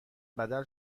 بدل